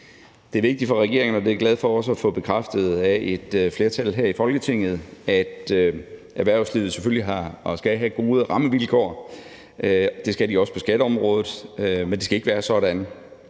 Det er vigtigt for regeringen, og det er jeg glad for også at få bekræftet af et flertal her i Folketinget, at erhvervslivet selvfølgelig har og skal have gode rammevilkår. Det skal de også på skatteområdet, men det skal ikke være sådan,